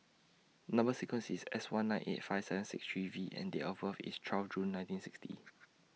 Number sequence IS S one nine eight five seven six three V and Date of birth IS twelve June nineteen sixty